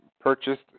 purchased